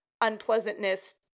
unpleasantness